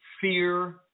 fear